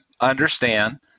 understand